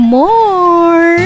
more